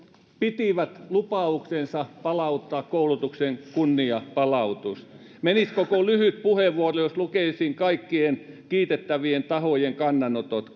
pitivät lupauksensa palauttaa koulutukseen kunnianpalautus menisi koko lyhyt puheenvuoro jos lukisin kaikkien kiittävien tahojen kannanotot